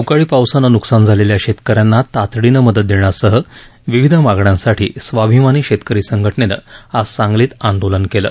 अवकाळी पावसानं नुकसान झालेल्या शेतक यांना तातडीनं मदत देण्यासह विविध मागण्यांसाठी स्वाभिमानी शेतकरी संघटनेनं आज सांगलीत आंदोलन केलं